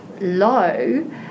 low